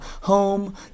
Home